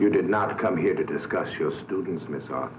you did not come here to discuss your students ms o